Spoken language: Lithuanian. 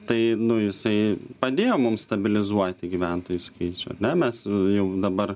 tai nu jisai padėjo mums stabilizuoti gyventojų skaičių ar ne mes jau dabar